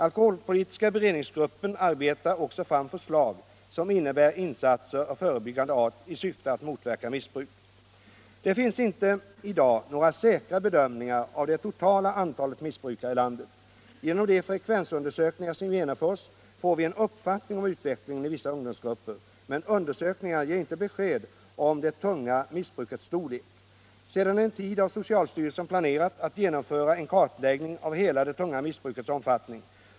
Alkoholpolitiska beredningsgruppen arbetar också fram förslag, som innebär insatser av förebyggande art i syfte att motverka missbruk. Det finns inte i dag några säkra bedömningar av det totala antalet narkotikamissbrukare i landet. Genom de frekvensundersökningar som genomförs får vi en uppfattning om utvecklingen i vissa ungdomsgrupper, men undersökningarna ger inte besked om det tunga missbrukets storlek. Sedan en tid har socialstyrelsen planerat att genomföra en kartläggning av hela det tunga missbrukets omfattning.